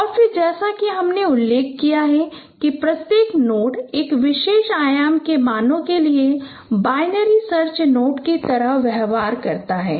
और फिर जैसा कि हमने उल्लेख किया है कि प्रत्येक नोड एक विशेष आयाम के मानों के लिए बाइनरी सर्च ट्री के नोड की तरह व्यवहार करता है